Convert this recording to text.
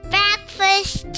Breakfast